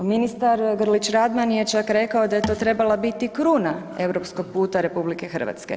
Ministar Grlić-Radman je čak rekao da je to trebala biti kruna europskog puta RH.